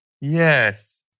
Yes